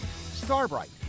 Starbright